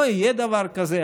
לא יהיה דבר כזה,